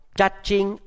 judging